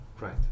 Right